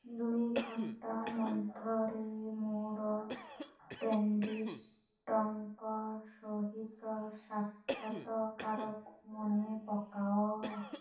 ଦୁଇ ଘଣ୍ଟା ମଧ୍ୟରେ ମୋର ଡେଣ୍ଟିଷ୍ଟଙ୍କ ସହିତ ସାକ୍ଷାତକାରକୁ ମନେ ପକାଅ